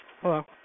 Hello